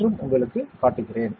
இன்றும் உங்களுக்குக் காட்டுகிறேன்